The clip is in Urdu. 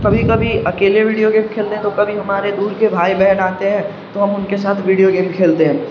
کبھی کبھی اکیلے ویڈیو گیم کھیلتے ہیں تو کبھی ہمارے دور کے بھائی بہن آتے ہیں تو ہم ان کے ساتھ ویڈیو گیم کھیلتے ہیں